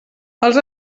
els